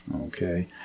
Okay